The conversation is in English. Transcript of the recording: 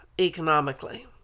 economically